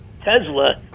Tesla